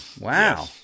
wow